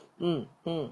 mm mm